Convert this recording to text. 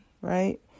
right